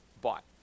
bought